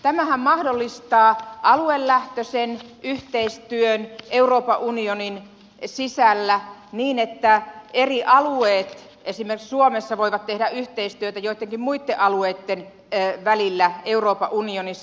tämähän mahdollistaa aluelähtöisen yhteistyön euroopan unionin sisällä niin että eri alueet esimerkiksi suomessa voivat tehdä yhteistyötä joittenkin muitten alueitten välillä euroopan unionissa